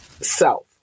self